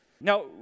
Now